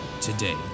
today